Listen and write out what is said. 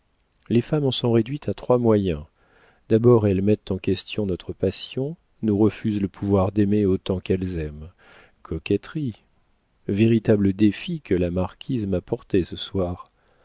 les femmes en sont réduites à trois moyens d'abord elles mettent en question notre passion nous refusent le pouvoir d'aimer autant qu'elles aiment coquetterie véritable défi que la marquise m'a porté ce soir